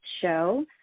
show